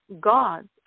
gods